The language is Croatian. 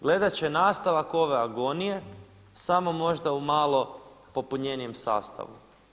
Gledati će nastavak ove agonije samo možda u malo popunjenijem sastavu.